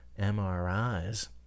MRIs